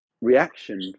reaction